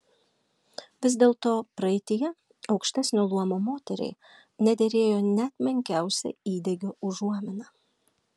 vis dėlto praeityje aukštesnio luomo moteriai nederėjo net menkiausia įdegio užuomina